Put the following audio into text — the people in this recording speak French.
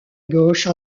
gauche